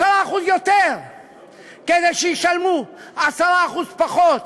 כדי שישלמו 10% פחות